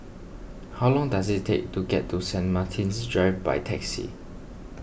how long does it take to get to Saint Martin's Drive by taxi